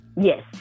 Yes